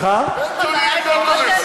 יש לך בעיה עם הכותל?